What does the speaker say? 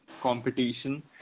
competition